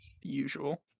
Usual